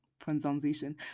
Pronunciation